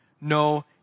no